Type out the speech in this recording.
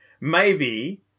maybe-